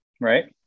right